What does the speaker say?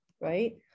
right